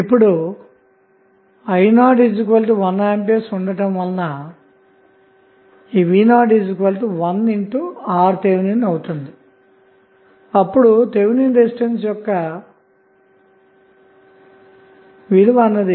ఇప్పుడుi 01A ఉండటం వలన v 01R th అవుతుంది అప్పుడు థెవెనిన్ రెసిస్టెన్స్ యొక్క 4ohm అవుతుంది